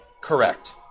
Correct